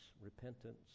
repentance